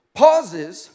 pauses